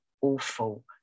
awful